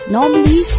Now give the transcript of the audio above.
Normally